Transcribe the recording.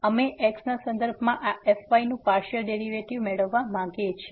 તેથી અમે x ના સંદર્ભમાં આ fy નું પાર્સીઅલ ડેરીવેટીવ મેળવવા માંગીએ છીએ